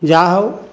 ଯାହା ହେଉ